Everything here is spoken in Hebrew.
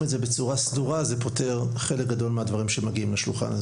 את זה בצורה סדורה זה פותר חלק גדול מהדברים שמגיעים לשלוחה.